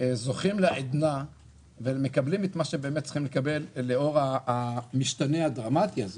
זוכים לעדנה ומקבלים את מה שהם צריכים לקבל לאור המשתנה הדרמטי הזה